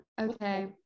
Okay